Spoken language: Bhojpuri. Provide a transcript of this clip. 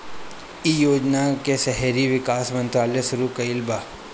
इ योजना के शहरी विकास मंत्रालय शुरू कईले बा